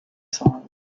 songs